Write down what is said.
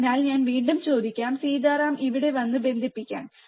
അതിനാൽ ഞാൻ വീണ്ടും ചോദിക്കും സീതാറാം ഇവിടെ വന്ന് ബന്ധിപ്പിക്കാൻ